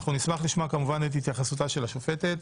נשמח לשמוע כמובן את התייחסותה של השופטת.